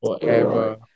forever